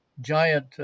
giant